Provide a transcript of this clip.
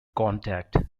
contact